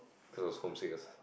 cause I was homesick